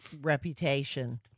reputation